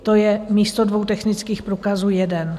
To je místo dvou technických průkazů jeden.